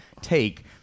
take